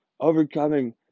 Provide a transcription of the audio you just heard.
overcoming